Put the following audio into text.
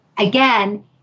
Again